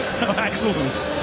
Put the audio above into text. Excellent